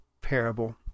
parable